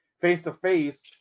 Face-to-face